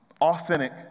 Authentic